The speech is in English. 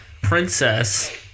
princess